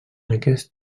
aquest